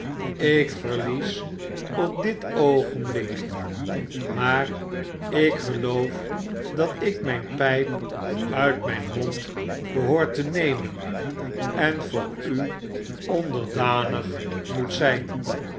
ik verlies op dit ooenblik maar ikgeloof dat ik mijn pyp uit mijn mond behoor te nemen en voor u onderdanig moet zyn